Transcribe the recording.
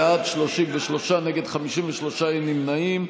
בעד, 33, נגד, 53, אין נמנעים.